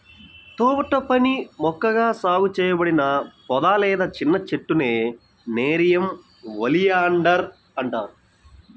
తోటపని మొక్కగా సాగు చేయబడిన పొద లేదా చిన్న చెట్టునే నెరియం ఒలియాండర్ అంటారు